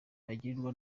bagirirwa